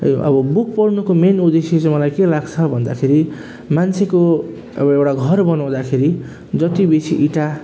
यो अब बुक पढ्नुको मेन उद्देश्य चाहिँ मलाई के लाग्छ भन्दाखेरि मान्छेको अब एउटा घर बनाउँदाखेरि जति बेसी इँटा